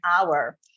hour